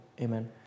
Amen